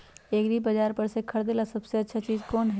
एग्रिबाजार पर से खरीदे ला सबसे अच्छा चीज कोन हई?